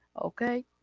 Okay